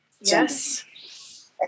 yes